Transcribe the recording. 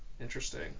Interesting